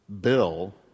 bill